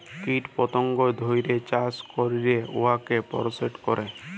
কীট পতঙ্গ ধ্যইরে চাষ ক্যইরে উয়াকে পরসেস ক্যরে